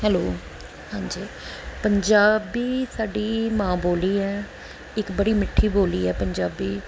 hello ਹਾਂਜੀ ਪੰਜਾਬੀ ਸਾਡੀ ਮਾਂ ਬੋਲੀ ਹੈ ਇੱਕ ਬੜੀ ਮਿੱਠੀ ਬੋਲੀ ਹੈ ਪੰਜਾਬੀ